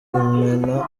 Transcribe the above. imena